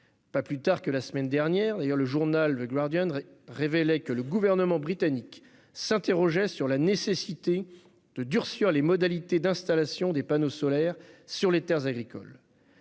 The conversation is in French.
pas plus tard que la semaine dernière, le journal révélait que le gouvernement britannique s'interrogeait sur la nécessité de durcir les modalités d'installation des panneaux solaires sur les terres agricoles.